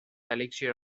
elixir